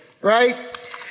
right